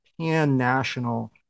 pan-national